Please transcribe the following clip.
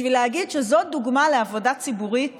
בשביל להגיד שזאת דוגמה לעבודה ציבורית